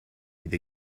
with